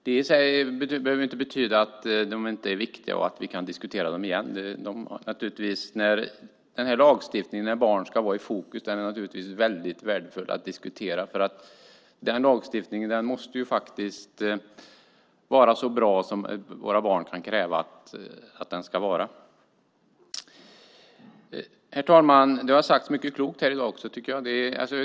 Det i sig behöver inte betyda att yrkandena inte är viktiga och att vi inte återigen kan diskutera dem. Lagstiftningen om barn i fokus är det naturligtvis väldigt värdefullt att diskutera. Denna lagstiftning måste vara så bra som våra barn kan kräva att den ska vara. Herr talman! Mycket klokt har sagts här i dag.